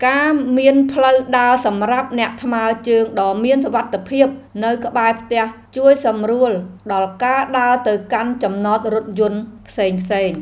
ការមានផ្លូវដើរសម្រាប់អ្នកថ្មើរជើងដ៏មានសុវត្ថិភាពនៅក្បែរផ្ទះជួយសម្រួលដល់ការដើរទៅកាន់ចំណតរថយន្តផ្សេងៗ។